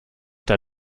der